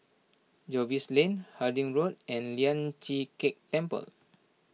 Jervois Lane Harding Road and Lian Chee Kek Temple